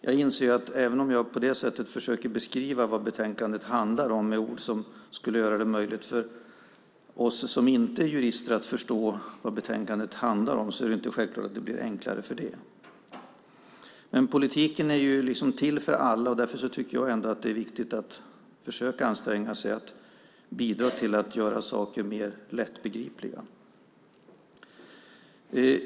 Jag inser att även om jag på det sättet försöker beskriva vad betänkandet handlar om med ord som skulle göra det möjligt för oss som inte är jurister att förstå vad betänkandet handlar om är det inte självklart att det blir enklare för det. Men politiken är ju till för alla, och därför tycker jag att det är viktigt att försöka anstränga sig för att göra saker mer lättbegripliga.